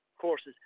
courses